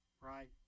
Right